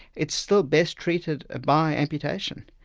it's still best treated ah by amputation.